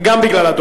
גם בגלל הדוח הזה.